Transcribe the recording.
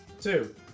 Two